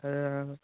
ஆ ஆ